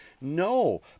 No